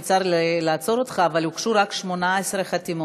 צר לי לעצור אותך אבל הוגשו רק 18 חתימות.